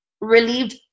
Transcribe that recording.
relieved